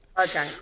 okay